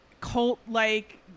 cult-like